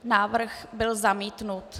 Návrh byl zamítnut.